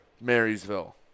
Marysville